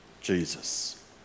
Jesus